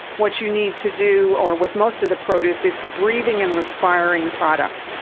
what you need to do, or with most of the produce, it's breathing and respiring product.